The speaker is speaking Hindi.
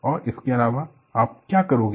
और इसके अलावा आप क्या करोगे